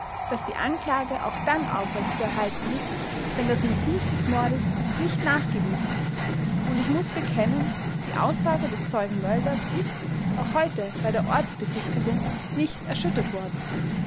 daß die anklage auch dann aufrecht zu erhalten ist wenn das motiv des mordes nicht nachgewiesen ist und ich muß bekennen die aussage des zeugen mölders ist auch heute bei der ortsbesichtigung nicht erschüttert worden